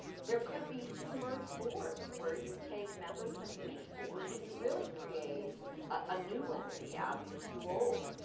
there could be two merged boards where you take members from each board and you really create a new entity out of the two old.